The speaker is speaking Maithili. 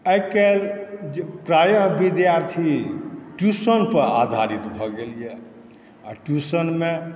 आइकाल्हि प्रायः विद्यार्थी ट्युशनपर आधारित भए गेल यऽ आओर ट्युशनमे